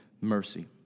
mercy